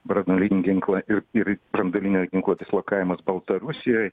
branduolinį ginklą ir ir branduolinių ginklų dislokavimas baltarusijoj